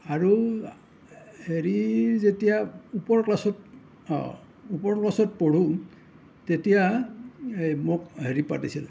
আৰু হেৰি যেতিয়া ওপৰৰ ক্লাছত অঁ ওপৰৰ ক্লাছত পঢ়ো তেতিয়া এই মোক হেৰি পাতিছিল